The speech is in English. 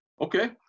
Okay